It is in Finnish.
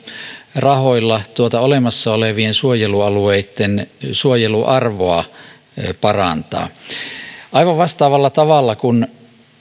rahoilla olemassa olevien suojelualueitten suojeluarvoa aivan vastaavalla tavalla kun